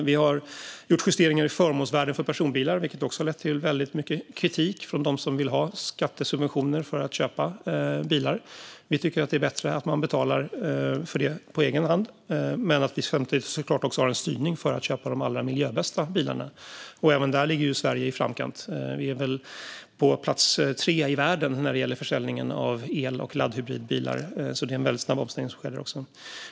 Vi har gjort justeringar när det gäller förmånsvärdet för personbilar, vilket också har föranlett väldigt mycket kritik från dem som vill ha skattesubventioner för att köpa bilar. Vi tycker att det är bättre att man betalar för det på egen hand samtidigt som vi har en styrning för att man ska köpa de allra miljöbästa bilarna. Även där ligger Sverige i framkant. Vi är väl på plats 3 i världen när det gäller försäljningen av el och laddhybridbilar. Det är en väldigt snabb omställning som sker där också.